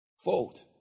fold